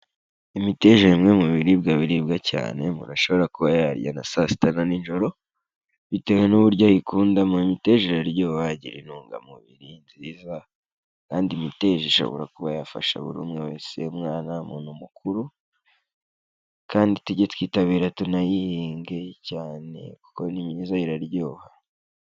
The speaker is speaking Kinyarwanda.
Imiteja ni bimwe mu biribwa biribwa cyane umuntu ashobora kuba yarya na saa sita na nijoro, bitewe n'uburyo ayikunda mu miterere yaryoha agira intungamubiri nziza kandi imiteja ishobora kuba yafasha buri umwe wese umwana, umuntu mukuru, kandi tujye twitabira tunayihinge cyane kuko ni myiza iraryoha.